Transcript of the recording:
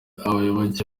abayoboke